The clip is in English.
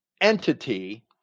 entity